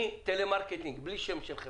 אני טלמרקטינג בלי שם של חברה.